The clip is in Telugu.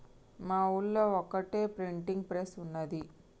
మా ఊళ్లో ఒక్కటే ప్రింటింగ్ ప్రెస్ ఉన్నది